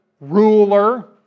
ruler